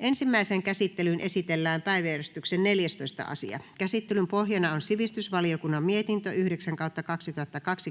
Ensimmäiseen käsittelyyn esitellään päiväjärjestyksen 15. asia. Käsittelyn pohjana on ulkoasiainvaliokunnan mietintö UaVM 6/2021